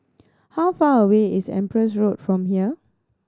how far away is Empress Road from here